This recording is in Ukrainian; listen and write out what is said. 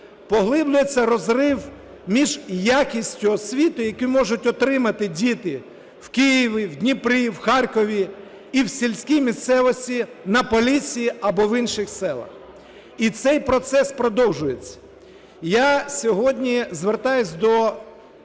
поглиблюється розрив між якістю освіти, яку можуть отримати діти в Києві, в Дніпрі, в Харкові і в сільській місцевості на Поліссі або в інших селах. І цей процес продовжується. Я сьогодні звертаюсь до наших